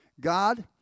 God